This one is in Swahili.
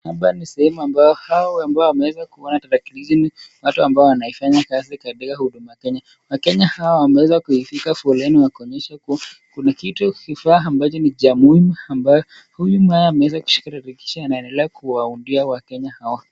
Hapa ni sehemu ambayo hawa wameweza kuenda katika kijijini ni watu ambao wanaifanya kazi katika Huduma Kenya. Wakenya hawa wameweza kuishika foleni kuonyesha kuwa kuna kitu kifaa ambacho ni cha muhimu ambayo. Huyu naye ameweza kushikilia tarakilishi anaendelea kuwaundia wakenya hao.